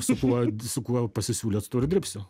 su kuo su kuo pasisiūlė su tuo ir dirbsiu